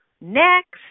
Next